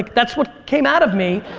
that's what came out of me